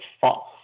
false